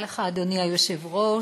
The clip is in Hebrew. תודה לך, אדוני היושב-ראש.